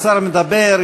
השר מדבר,